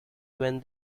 when